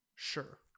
sure